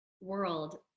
world